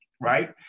right